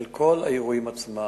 כל האירועים עצמם.